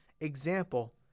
example